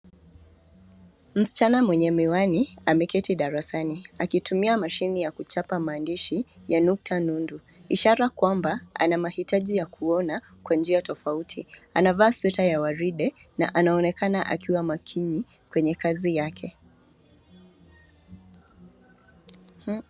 Msichana mwenye miwani ameketi darasani akitumia mashine ya kuchapa maandishi ya nukta nundu ishara kwamba anamahitaji ya kuona kwa njia tofauti. Anavaa sweta ya waridi na anaonekana akiwa makini kwenye kazi yake.